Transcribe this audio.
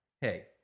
hey